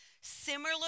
similar